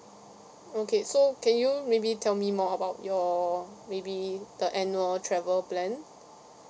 okay so can you maybe tell me more about your maybe the annual travel plan